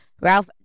Ralph